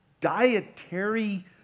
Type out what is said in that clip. dietary